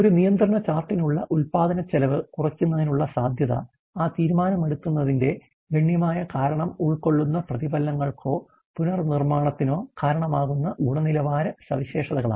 ഒരു നിയന്ത്രണ ചാർട്ടിനായുള്ള ഉൽപാദനച്ചെലവ് കുറയ്ക്കുന്നതിനുള്ള സാധ്യത ആ തീരുമാനമെടുക്കുന്നതിന്റെ ഗണ്യമായ കാരണം ഉൾക്കൊള്ളുന്ന പ്രതിഫലനങ്ങൾക്കോ പുനർനിർമ്മാണത്തിനോ കാരണമാകുന്ന ഗുണനിലവാര സവിശേഷതകളാണ്